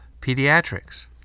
Pediatrics